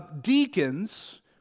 deacons